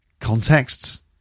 contexts